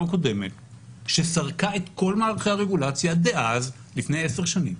הקודמת שסרקה את כל מערכי הרגולציה לפני עשר שנים,